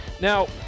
Now